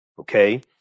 Okay